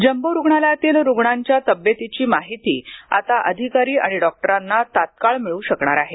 jumbo रुग्णालयातील रुग्णांच्या तव्येतीची माहिती आता अधिकारी आणि डॉक्टरांना तत्काळ मिळू शकणार आहे